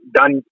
done